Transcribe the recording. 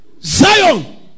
Zion